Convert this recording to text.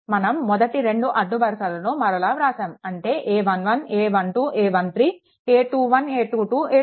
మనం మొదటి రెండు అడ్డు వరుసలను మరలా వ్రాసాము అంటే a11 a12 a13 a21 a22 a23